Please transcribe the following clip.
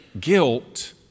guilt